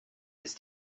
ist